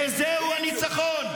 איזהו ניצחון,